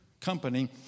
company